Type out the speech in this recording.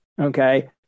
okay